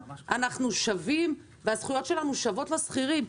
אנחנו שווים והזכויות שלנו שוות לשכירים,